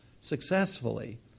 successfully